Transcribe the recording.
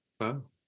Wow